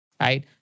right